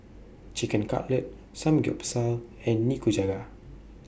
Chicken Cutlet Samgyeopsal and Nikujaga